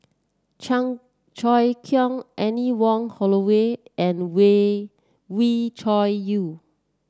Chan Choy Siong Anne Wong Holloway and Wee Wee Cho Yaw